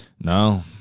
No